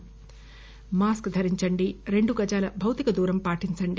mask ధరించండి రెండు గజాల భౌతిక దూరం పాటించండి